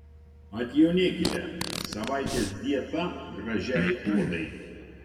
atjaunėkite savaitės dieta gražiai odai